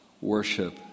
worship